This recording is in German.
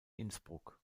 innsbruck